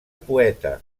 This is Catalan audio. poeta